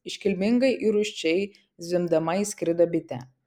iškilmingai ir rūsčiai zvimbdama įskrido bitė